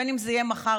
בין שזה יהיה מחר,